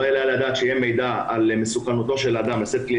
לא יעלה על הדעת שיהיה מידע על מסוכנותו של אדם לשאת כלי